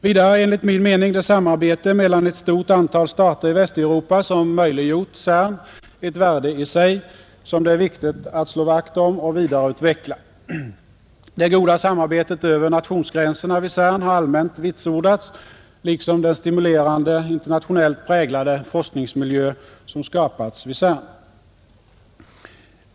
Vidare är enligt min mening det samarbete mellan ett stort antal stater i Västeuropa som möjliggjort CERN ett värde i sig, som det är viktigt att slå vakt om och vidareutveckla. Det goda samarbetet över nationsgränserna vid CERN har allmänt vitsordats liksom den stimulerande, internationellt präglade forskningsmiljö som skapats vid CERN.